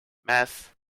meth